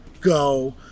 go